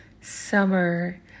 summer